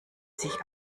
sich